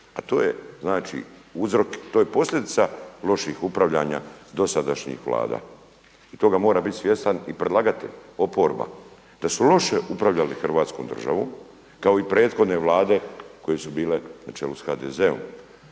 to je posljedica loših upravljanja dosadašnjih Vlada. I toga mora bit svjestan i predlagatelj, oporba da su loše upravljali Hrvatskom državom kao i prethodne Vlade koje su bile na čelu sa HDZ-om.